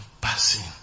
passing